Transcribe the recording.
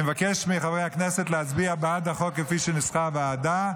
אני מבקש מחברי הכנסת להצביע בעד החוק כפי שניסחה הוועדה.